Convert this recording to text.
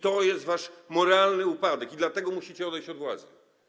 To jest wasz moralny upadek i dlatego musicie odejść od władzy.